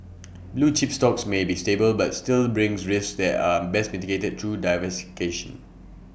blue chip stocks may be stable but still brings risks that are best mitigated through